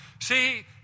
See